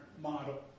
model